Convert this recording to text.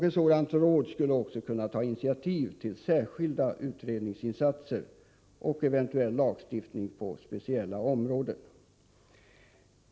Ett etiskt råd skulle också kunna ta initiativ till särskilda utredningsinsatser och eventuell lagstiftning på speciella områden.